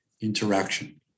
interaction